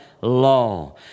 law